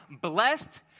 blessed